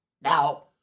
Now